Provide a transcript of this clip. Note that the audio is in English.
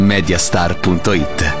Mediastar.it